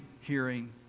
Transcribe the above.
hearing